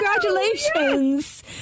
Congratulations